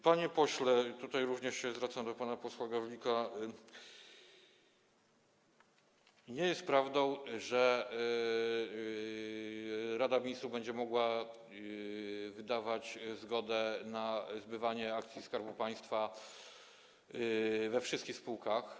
Panie pośle - tutaj zwracam się również do pana posła Gawlika - nie jest prawdą, że Rada Ministrów będzie mogła wydawać zgodę na zbywanie akcji Skarbu Państwa we wszystkich spółkach.